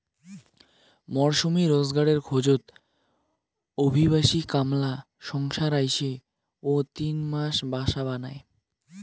মরসুমী রোজগারের খোঁজত অভিবাসী কামলা সংসার আইসে ও তিন মাস বাসা বানায়